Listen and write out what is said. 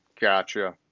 Gotcha